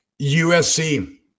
USC